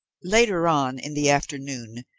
later on in the afternoon,